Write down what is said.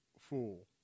fool